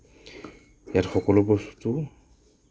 ইয়াত সকলো বস্তু